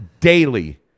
daily